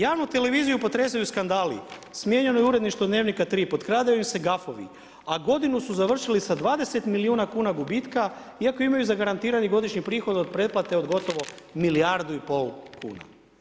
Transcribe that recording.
Javnu televiziju potresaju skandali, smijenjeno je uredništvo Dnevnika triput, potkradaju se gafovi, a godinu su završili sa 20 milijuna kuna gubitka iako imaju zagarantirani godišnji prihod od pretplate od gotovo milijardu i pol kuna.